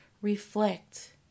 Reflect